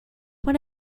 when